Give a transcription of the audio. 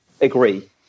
agree